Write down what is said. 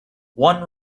one